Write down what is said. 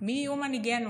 מי יהיו מנהיגינו.